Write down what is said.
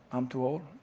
i'm too old,